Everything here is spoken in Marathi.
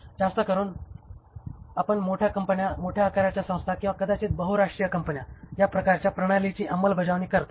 जास्त करून मोठ्या कंपन्या मोठ्या आकाराच्या संस्था किंवा कदाचित बहुराष्ट्रीय कंपन्या या प्रकारच्या प्रणालीची अंमलबजावणी करतात